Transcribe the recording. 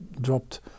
dropped